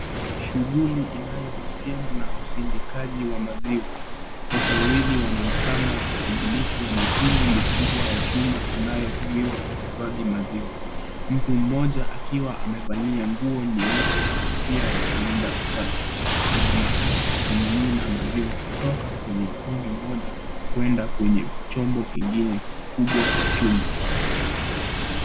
Shughuli inayohusiana na uzindikaji wa maziwa. Watu wawili wanaonekana wakishughulika na mitungi mikubwa ya chuma inayotumiwa kuhifadhi maziwa, mtu mmoja akiwa amevalia nguo nyeupe na kofia ya kulinda usafi. Anaonekana akimimina maziwa kutoka kwenye mtungi mmoja kwenda kwenye chombo kingine cha chuma.